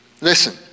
Listen